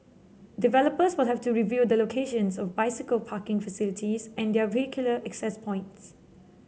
developers will have to review the locations of bicycle parking facilities and their vehicular access points